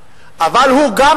הוא רוצה לעשות זאת.